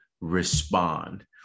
respond